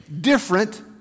different